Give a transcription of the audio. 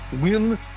Win